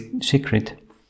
secret